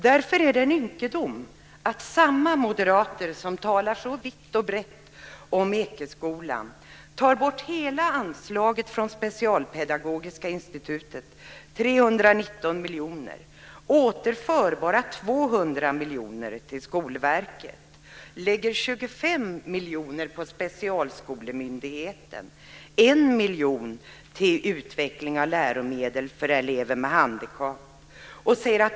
Det är därför en ynkedom att samma moderater som vitt och brett talar om Ekeskolan tar bort hela anslaget från Specialpedagogiska institutet, 319 miljoner, återför endast 200 miljoner till Skolverket, lägger 25 miljoner på Specialskolemyndigheten och 1 miljon till utveckling av läromedel för elever med handikapp.